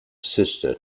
sister